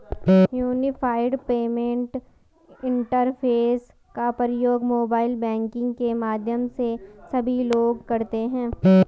unified payment interface का प्रयोग mobile banking के माध्यम से सभी लोग करते हैं